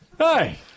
Hi